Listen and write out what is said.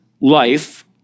life